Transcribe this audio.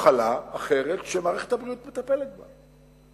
מחלה אחרת שמערכת הבריאות מטפלת בה.